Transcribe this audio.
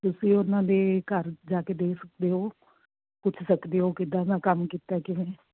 ਤੁਸੀਂ ਉਹਨਾਂ ਦੇ ਘਰ ਜਾ ਕੇ ਦੇਖ ਸਕਦੇ ਹੋ ਪੁੱਛ ਸਕਦੇ ਹੋ ਕਿੱਦਾਂ ਦਾ ਕੰਮ ਕੀਤਾ ਕਿਵੇਂ